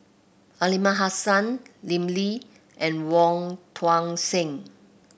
Aliman Hassan Lim Lee and Wong Tuang Seng